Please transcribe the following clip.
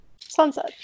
Sunset